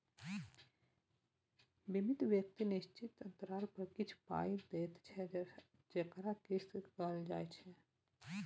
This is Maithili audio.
बीमित व्यक्ति निश्चित अंतराल पर किछ पाइ दैत छै जकरा किस्त कहल जाइ छै